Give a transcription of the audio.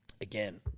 Again